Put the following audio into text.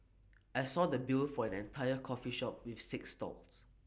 I saw the bill for an entire coffee shop with six stalls